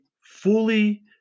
fully